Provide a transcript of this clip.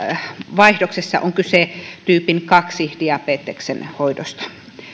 vaihdoksessa on kyse tyypin kahden diabeteksen hoidosta